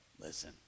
listen